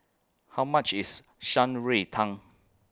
How much IS Shan Rui Tang